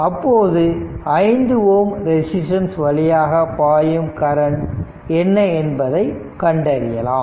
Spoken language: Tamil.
அப்போது 5 Ω ரெசிஸ்டன்ஸ் வழியாக பாயும் கரண்ட் என்ன என்பதை கண்டறியலாம்